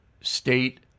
State